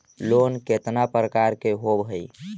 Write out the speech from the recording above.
Loan केतना प्रकार के होव हइ?